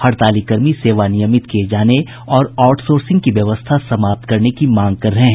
हड़ताली कर्मी सेवा नियमित किए जाने और आउटसोर्सिंग की व्यवस्था समाप्त करने की मांग कर रहे हैं